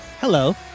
Hello